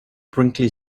brinkley